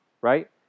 right